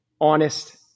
honest